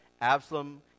Absalom